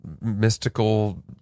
mystical